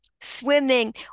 swimming